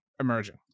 emerging